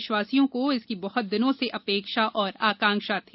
देशवासियों को इसकी बहुत दिनों से अपेक्षा और आकांक्षा थी